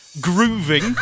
grooving